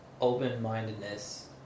open-mindedness